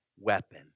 weapon